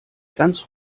ganz